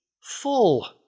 full